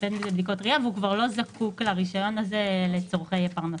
בין אם זה בדיקות ראייה והוא כבר לא זקוק לרישיון הזה לצורכי פרנסה.